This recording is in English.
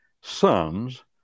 sons